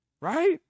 Right